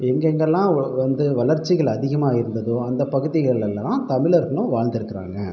எங்கே எங்கெல்லாம் வ வந்து வளர்ச்சிகள் அதிகமாக இருந்ததோ அந்தப் பகுதிகள்லெலாம் தமிழர்களும் வாழ்ந்திருக்கிறாங்க